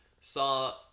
saw